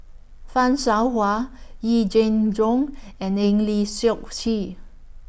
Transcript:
fan Shao Hua Yee Jenn Jong and Eng Lee Seok Chee